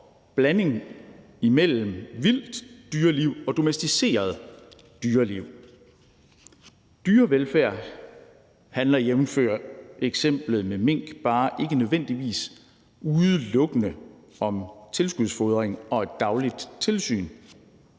blanding imellem vildt dyreliv og domesticeret dyreliv. Dyrevelfærd handler, jævnfør eksemplet med mink, bare ikke nødvendigvis udelukkende om tilskudsfodring og et dagligt tilsyn,